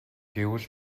гэвэл